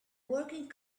working